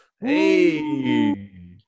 Hey